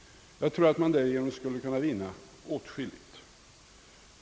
Jag tror att vi därigenom skulle kunna vinna åtskilligt.